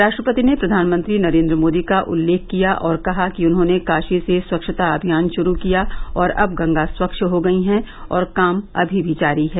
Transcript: राष्ट्रपति ने प्रधानमंत्री नरेंद्र मोदी का उल्लेख किया और कहा कि उन्होंने काशी से स्वच्छता अभियान शुरू किया और अब गंगा स्वच्छ हो गई है और काम अभी भी जारी है